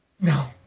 No